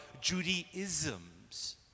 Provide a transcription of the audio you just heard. Judaism's